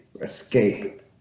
escape